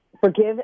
forgive